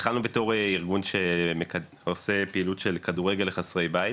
התחלנו בתור ארגון שעושה פעילות של כדורגל לחסרי בית,